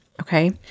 Okay